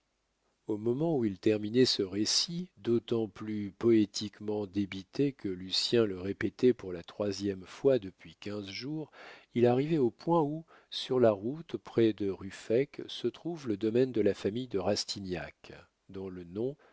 au moment où il terminait ce récit d'autant plus poétiquement débité que lucien le répétait pour la troisième fois depuis quinze jours il arrivait au point où sur la route près de ruffec se trouve le domaine de la famille de rastignac dont le nom